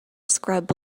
scrub